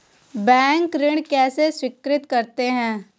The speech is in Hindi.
बैंक ऋण कैसे स्वीकृत करते हैं?